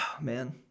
Man